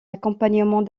accompagnement